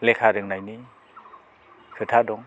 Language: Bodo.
लेखा रोंनायनि खोथा दं